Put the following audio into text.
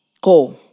Go